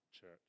church